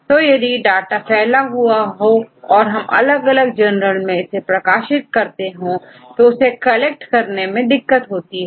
तो यदि डाटा फैला हुआ हो और अलग अलग जर्नल में प्रकाशित किया गया हो तो उसे कलेक्ट करने में दिक्कत होती है